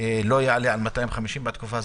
לא יפחת מ-250 בתקופה הזאת.